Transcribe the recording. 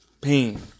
pain